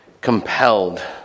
compelled